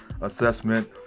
assessment